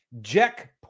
Jack